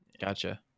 gotcha